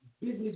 business